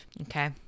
Okay